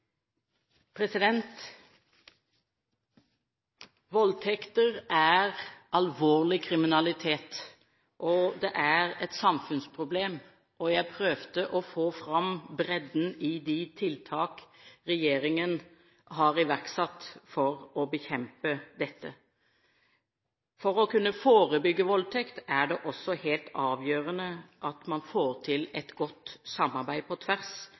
feltet. Voldtekter er alvorlig kriminalitet og et samfunnsproblem. Jeg prøvde å få fram bredden i de tiltak regjeringen har iverksatt for å bekjempe dette. For å kunne forebygge voldtekt er det også helt avgjørende at man får til et godt samarbeid på tvers,